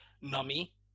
Nami